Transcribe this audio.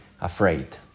afraid